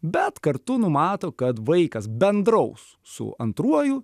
bet kartu numato kad vaikas bendraus su antruoju